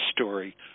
story